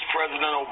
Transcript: President